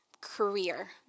career